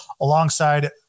alongside